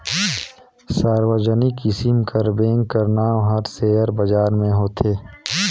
सार्वजनिक किसिम कर बेंक कर नांव हर सेयर बजार में होथे